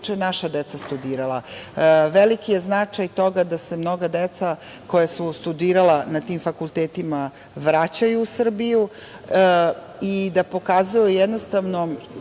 naša deca studirala. Veliki je značaj toga da se mnoga deca koja su studirala na tim fakultetima vraćaju u Srbiju i da pokazuju želju da